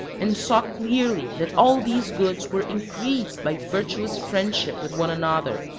and saw clearly that all these goods were increased by virtuous friendship with one another,